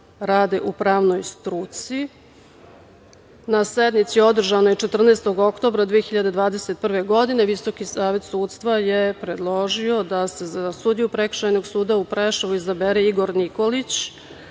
rade u pravnoj struci. Na sednici održanoj 14. oktobra 2021. godine Visoki savet sudstva je predložio da se za sudiju Prekršajnog suda u Preševu izabere Igor Nikolić,